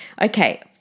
Okay